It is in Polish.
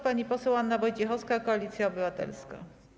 Pani poseł Anna Wojciechowska, Koalicja Obywatelska.